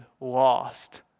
lost